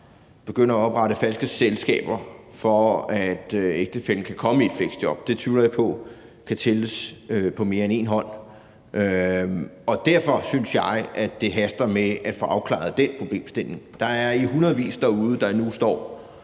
begynder at oprette falske selskaber, og at ægtefællen kan komme i fleksjob der. Jeg tror ikke, det vil kunne tælles på mere end én hånd. Derfor synes jeg det haster med at få afklaret den problemstilling. Der er i hundredvis derude, der nu står